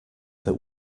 that